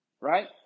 Right